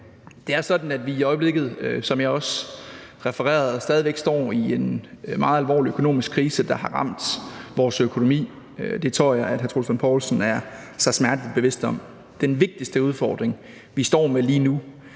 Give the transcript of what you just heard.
Det er sådan, at vi i øjeblikket, som jeg også refererede, stadig væk står i en meget alvorlig økonomisk krise, der har ramt vores økonomi. Det tror jeg at hr. Troels Lund Poulsen er sig smerteligt bevidst om. Den vigtigste udfordring, vi står med lige nu,